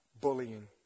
Bullying